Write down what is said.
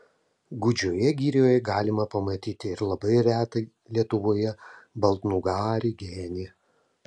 gūdžioje girioje galima pamatyti ir labai retą lietuvoje baltnugarį genį